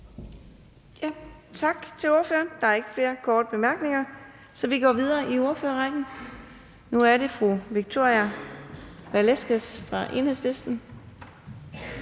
Tak til ordføreren. Der er ikke flere korte bemærkninger, så vi går videre i ordførerrækken, og nu er det så hr. Erling Bonnesen fra Venstre.